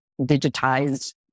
digitized